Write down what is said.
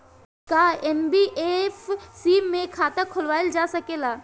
का एन.बी.एफ.सी में खाता खोलवाईल जा सकेला?